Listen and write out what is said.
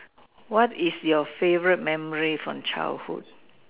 what is your favourite memory from childhood